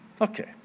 Okay